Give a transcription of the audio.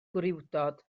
gwrywdod